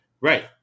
right